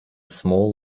small